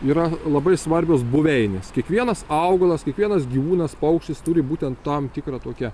yra labai svarbios buveinės kiekvienas augalas kiekvienas gyvūnas paukštis turi būtent tam tikrą tokią